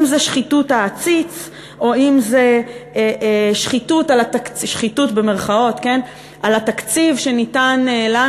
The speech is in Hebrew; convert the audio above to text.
אם זה שחיתות העציץ או אם זה "שחיתות" בתקציב שניתן לנו,